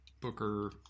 booker